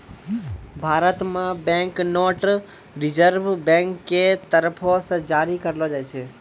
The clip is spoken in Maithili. भारत मे बैंक नोट रिजर्व बैंक के तरफो से जारी करलो जाय छै